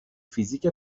فیزیک